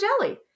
jelly